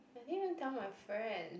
I didn't even tell my friend